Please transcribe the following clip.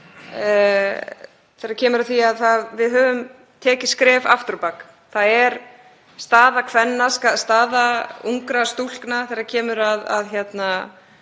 kvenna, staða ungra stúlkna þegar kemur að